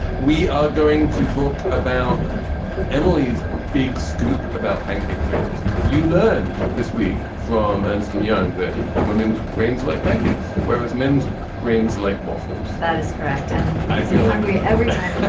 we are going to talk about emily's big scoop about pancake brains. you learned this week from ernst and young that women's brains like pancakes whereas men's brains like waffles that's correct. and i feel hungry every time